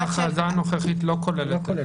ההכרזה הנוכחית לא כוללת וידאו.